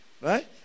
right